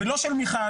ולא של מיכל,